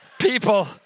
People